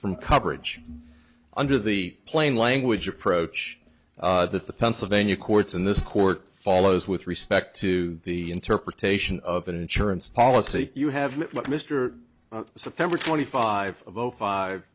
from coverage under the plain language approach that the pennsylvania courts in this court follows with respect to the interpretation of an insurance policy you have mr september twenty five o